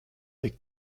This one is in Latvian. tik